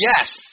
yes